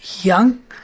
young